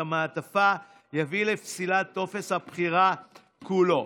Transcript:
המעטפה יביא לפסילת טופס הבחירה כולו.